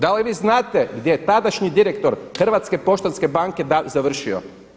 Da li vi znate gdje tadašnji direktor Hrvatske poštanske banke završio?